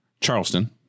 Charleston